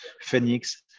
phoenix